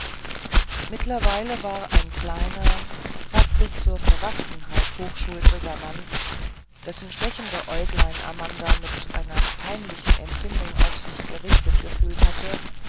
mittlerweile war ein kleiner fast bis zur verwachsenheit hochschultriger mann dessen stechende äuglein amanda mit einer peinlichen empfindung auf sich gerichtet gefühlt hatte